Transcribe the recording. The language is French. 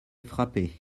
frappé